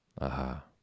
Aha